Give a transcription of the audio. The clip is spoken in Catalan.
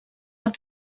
art